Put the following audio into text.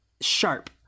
sharp